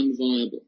unviable